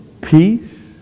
peace